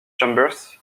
chambers